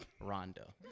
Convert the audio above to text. Rondo